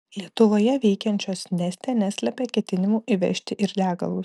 lietuvoje veikiančios neste neslepia ketinimų įvežti ir degalus